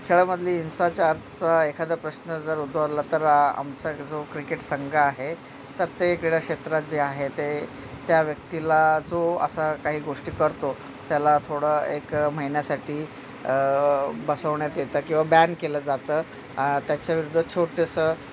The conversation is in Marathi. खेळामधली हिंसाचाराचा एखादा प्रश्न जर उद्भवला तर आमचा जो क्रिकेट संघ आहे तर ते क्रीडा क्षेत्रात जे आहे ते त्या व्यक्तीला जो असा काही गोष्टी करतो त्याला थोडं एक महिन्यासाठी बसवण्यात येतं किंवा बॅन केलं जातं त्याच्या विरुद्ध छोटंसं